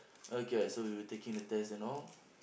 okay right so we were taking the test and all